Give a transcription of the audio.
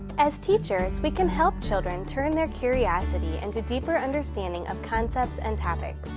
as teachers, we can help children turn their curiosity into deeper understanding of concepts and topics.